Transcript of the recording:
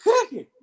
cooking